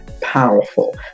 powerful